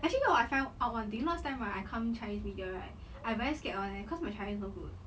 actually orh I found out one thing last time right when I come chinese media right I very scared [one] leh cause my chinese not good